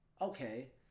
Okay